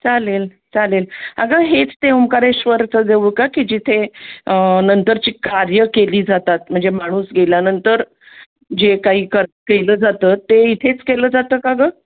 चालेल चालेल अगं हेच ते ओंकारेश्वरचं देऊळ का की जिथे नंतरची कार्य केली जातात म्हणजे माणूस गेल्यानंतर जे काही कर केलं जातं ते इथेच केलं जातं का गं